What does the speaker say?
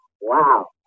Wow